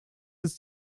ist